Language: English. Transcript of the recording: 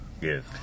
Yes